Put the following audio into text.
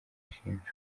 ashinjwa